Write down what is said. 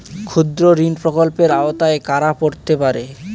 ক্ষুদ্রঋণ প্রকল্পের আওতায় কারা পড়তে পারে?